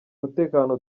mutekano